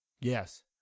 Yes